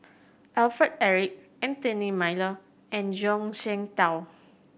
Alfred Eric Anthony Miller and Zhuang Shengtao